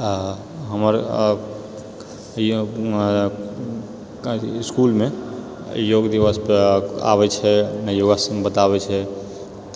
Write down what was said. आ हमर स्कूलमे योग दिवस पर आबैत छै योगा सम्पदा आबैत छै